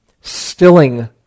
stilling